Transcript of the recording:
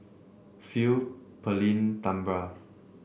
Phil Pearlene Tambra